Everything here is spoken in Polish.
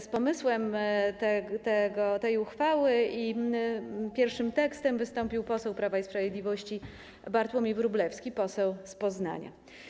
Z pomysłem tej uchwały i pierwszym tekstem wystąpił poseł Prawa i Sprawiedliwości Bartłomiej Wróblewski, poseł z Poznania.